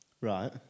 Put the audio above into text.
Right